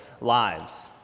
lives